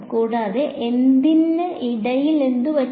കൂടാതെ എന്തിന് ഇടയിൽ എന്തുപറ്റി